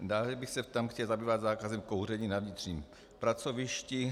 Dále bych se tam chtěl zabývat zákazem kouření na vnitřním pracovišti.